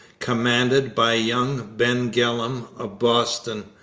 commanded by young ben gillam of boston,